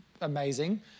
amazing